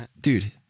dude